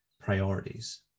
priorities